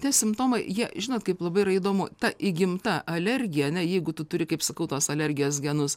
tie simptomai jie žinot kaip labai yra įdomu ta įgimta alergija ane jeigu tu turi kaip sakau tos alergijos genus